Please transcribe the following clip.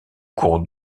cours